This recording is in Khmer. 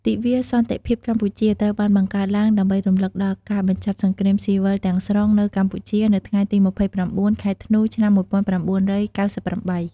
ទិវាសន្តិភាពកម្ពុជា ត្រូវបានបង្កើតឡើងដើម្បីរំលឹកដល់ការបញ្ចប់សង្គ្រាមស៊ីវិលទាំងស្រុងនៅកម្ពុជានៅថ្ងៃទី ២៩ ខែធ្នូ ឆ្នាំ ១៩៩៨។